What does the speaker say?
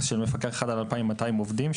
מפקח אחד על 2,200 עובדים,